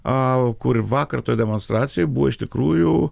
aaa kur ir vakar toj demonstracijoj buvo iš tikrųjų